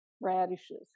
radishes